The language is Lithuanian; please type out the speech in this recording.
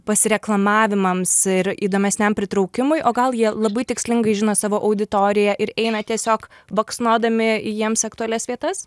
pasireklamavimams ir įdomesniam pritraukimui o gal jie labai tikslingai žino savo auditoriją ir eina tiesiog baksnodami į jiems aktualias vietas